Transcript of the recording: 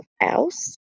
else